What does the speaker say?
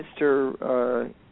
Mr